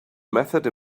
method